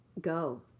go